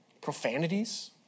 profanities